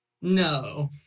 No